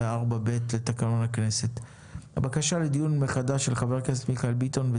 יש בקשה לדיון מחדש של חבר הכנסת מיכאל ביטון.